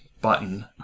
button